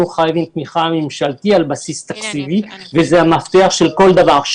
חייבים תמיכה ממשלתית על בסיס תקציבי וזה המפתח לכל דבר.